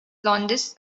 lowndes